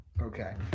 Okay